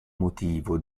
motivo